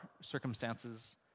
circumstances